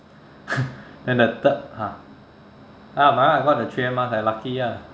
then the third !huh! ya my one I got the three M mask I lucky ah